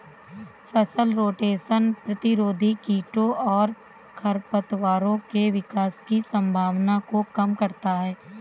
फसल रोटेशन प्रतिरोधी कीटों और खरपतवारों के विकास की संभावना को कम करता है